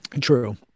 True